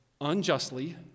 unjustly